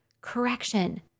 correction